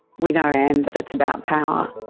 we know anne that it's about power.